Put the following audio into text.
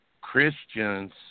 Christians